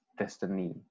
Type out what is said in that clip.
destiny